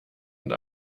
und